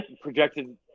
projected